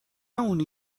اونی